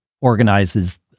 organizes